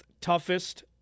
toughest